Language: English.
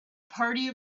party